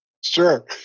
Sure